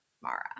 Mara